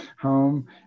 home